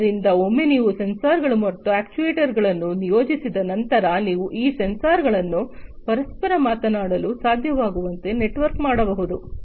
ಆದ್ದರಿಂದ ಒಮ್ಮೆ ನೀವು ಸೆನ್ಸಾರ್ಗಳು ಮತ್ತು ಅಕ್ಚುಯೆಟರ್ಸ್ಗಳನ್ನು ನಿಯೋಜಿಸಿದ ನಂತರ ನೀವು ಈ ಸೆನ್ಸಾರ್ ಗಳನ್ನು ಪರಸ್ಪರ ಮಾತನಾಡಲು ಸಾಧ್ಯವಾಗುವಂತೆ ನೆಟ್ವರ್ಕ್ ಮಾಡಬಹುದಾಗಿದೆ